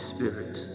Spirit